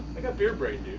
i got beer brain,